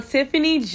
Tiffany